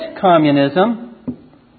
communism